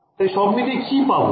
তাই সব মিলিয়ে কি পাবো